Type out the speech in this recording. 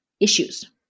issues